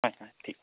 হয় হয় ঠিক আছে